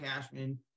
Cashman